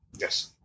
Yes